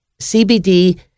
CBD